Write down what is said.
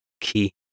key